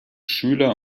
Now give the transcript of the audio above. schüler